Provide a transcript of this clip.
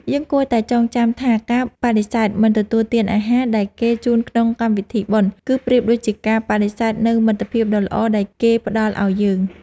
យើងគួរតែចងចាំថាការបដិសេធមិនទទួលទានអាហារដែលគេជូនក្នុងកម្មវិធីបុណ្យ គឺប្រៀបដូចជាការបដិសេធនូវមិត្តភាពដ៏ល្អដែលគេផ្តល់ឱ្យយើង។